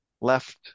left